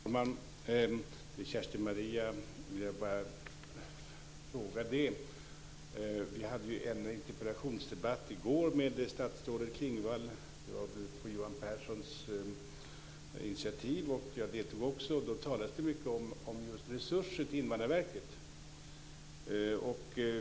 Fru talman! Till Kerstin-Maria Stalin vill jag bara ställa en fråga. Vi hade på Johan Pehrsons initiativ en interpellationsdebatt i går med statsrådet Klingvall. Jag deltog också. Då talades det mycket om resurser till Invandrarverket.